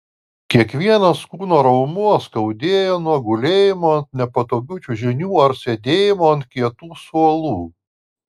kiekvienas kūno raumuo skaudėjo nuo gulėjimo ant nepatogių čiužinių ar sėdėjimo ant kietų suolų